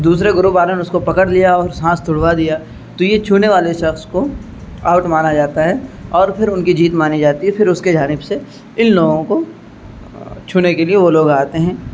دوسرے گروپ والوں نے اس کو پکڑ لیا اور سانس توڑ دیا تو یہ چھونے والے شخص کو آؤٹ مانا جاتا ہے اور پھر ان کی جیت مانی جاتی ہے پھر اس کے جانب سے ان لوگوں کو چھونے کے لیے وہ لوگ آتے ہیں